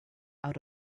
out